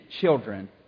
children